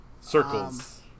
Circles